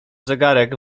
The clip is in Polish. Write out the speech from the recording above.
zegarek